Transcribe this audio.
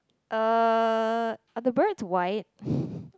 uh are the birds white